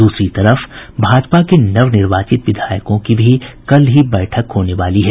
दूसरी तरफ भाजपा के नवनिर्वाचित विधायकों की भी कल ही बैठक होने वाली है